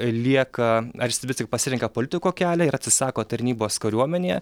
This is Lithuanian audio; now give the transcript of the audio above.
lieka ar jis vis tik pasirenka politiko kelią ir atsisako tarnybos kariuomenėje